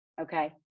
Okay